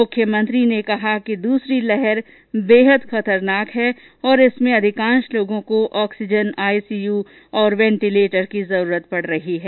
मुख्यमंत्री ने कहा कि दूसरी लहर बेहद खतरनाक है तथा इसमें अधिकांश लोगों को ऑक्सीजन आईसीयू तथा वेंटीलेटर की जरूरत पड़ रही है